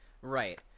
Right